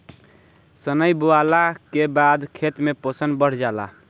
सनइ बोअला के बाद खेत में पोषण बढ़ जाला